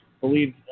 Believe